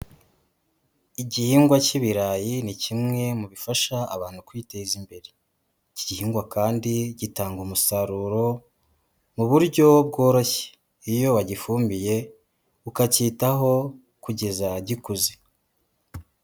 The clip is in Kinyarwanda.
Igihingwa cy'ibirayi ni kimwe mu bifasha abantu kwiteza imbere. Iki gihingwa kandi gitanga umusaruro mu buryo bworoshye, iyo wagifumbiye ukacyitaho kugeza gikuze.